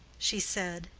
she said,